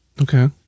Okay